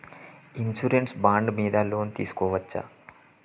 Insurance bond మీద loan తీస్కొవచ్చా?